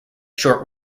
short